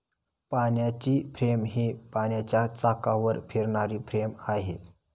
पाण्याची फ्रेम ही पाण्याच्या चाकावर फिरणारी फ्रेम आहे